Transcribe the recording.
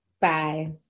Bye